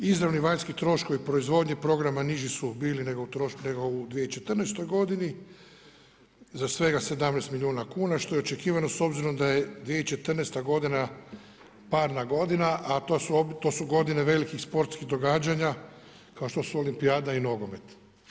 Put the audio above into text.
Izravni vanjski troškovi proizvodnje programa bili su niži nego u 2014. godini za svega 17 milijuna kuna što je očekivano s obzirom da je 2014. godina parna a godine a to su godine velikih sportskih događanja kao što su Olimpijada i nogomet.